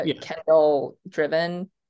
Kendall-driven